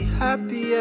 happy